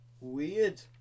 Weird